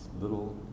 little